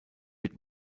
wird